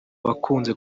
bakunze